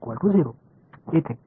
x 0 येथे